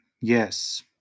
Yes